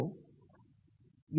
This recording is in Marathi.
बरोबर